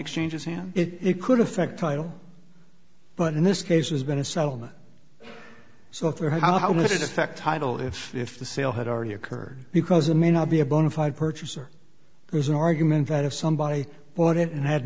exchanges and it could affect title but in this case there's been a settlement so for how how does it affect title if if the sale had already occurred because it may not be a bona fide purchaser there's an argument that if somebody bought it and had